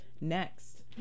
Next